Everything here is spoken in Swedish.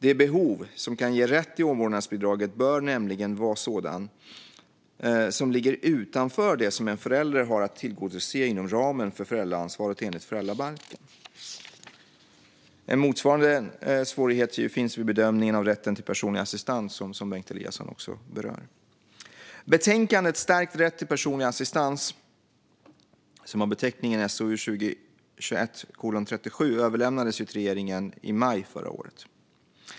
Det behov som kan ge rätt till omvårdnadsbidraget bör nämligen vara sådant som ligger utanför det som en förälder har att tillgodose inom ramen för föräldraansvaret enligt föräldrabalken. En motsvarande svårighet finns i bedömningen av rätten till personlig assistans, som Bengt Eliasson också berör. Betänkandet Stärkt rätt till personlig assistans , som har beteckningen SOU 2021:37, överlämnades till regeringen i maj förra året.